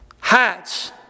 Hats